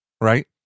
right